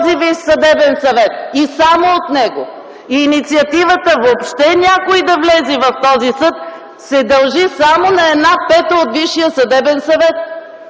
този Висш съдебен съвет, и само от него! Инициативата въобще някой да влезе в този съд се дължи само на една пета от Висшия съдебен съвет